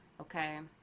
okay